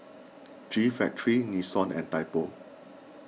G Factory Nixon and Typo